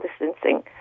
distancing